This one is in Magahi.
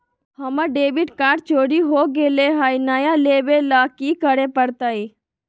हमर डेबिट कार्ड चोरी हो गेले हई, नया लेवे ल की करे पड़तई?